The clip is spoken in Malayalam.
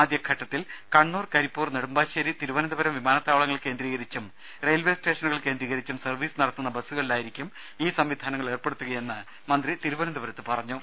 ആദ്യഘട്ടത്തിൽ കണ്ണൂർ കരിപ്പൂർ നെടുമ്പാശ്ശേരി തിരുവനന്തപുരം വിമാനത്താവളങ്ങൾ കേന്ദ്രീകരിച്ചും റെയിൽവേ സ്റ്റേഷനുകൾ കേന്ദ്രീകരിച്ചും സർവ്വീസ് നടത്തുന്ന ബസ്സുകളിലായിരിക്കും ഇൌ സംവിധാനങ്ങൾ ഏർപ്പെടുത്തുകയെന്ന് മന്ത്രി തിരുവനന്തപുരത്ത് അറിയിച്ചു